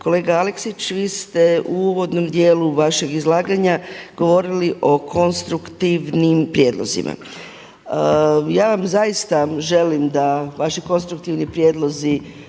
Kolega Aleksić, vi ste u uvodnom dijelu vašeg izlaganja govorili o konstruktivnim prijedlozima. Ja vam zaista želim da vaši konstruktivni prijedlozi